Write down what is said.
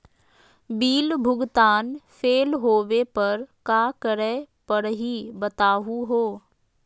Bill भुगतान fail होवे पर का करै परही, बताहु हो?